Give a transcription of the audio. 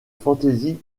fantaisie